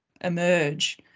emerge